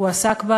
הוא עסק בה